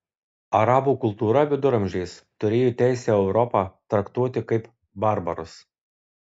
arabų kultūra viduramžiais turėjo teisę europą traktuoti kaip barbarus